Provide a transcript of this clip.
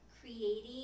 creating